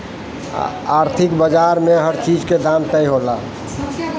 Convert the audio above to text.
आर्थिक बाजार में हर चीज के दाम तय होला